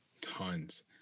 tons